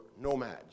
nomads